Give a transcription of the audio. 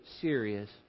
serious